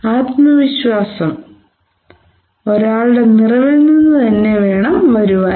ആത്മവിശ്വാസം ഒരാളുടെ നിറവിൽ നിന്ന് തന്നെ വേണം വരുവാൻ